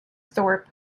thorp